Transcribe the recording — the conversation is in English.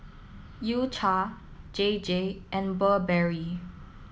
U Cha J J and Burberry